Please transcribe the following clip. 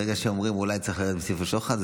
ברגע שהם אומרים: אולי צריך לרדת מסעיף השוחד,